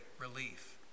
relief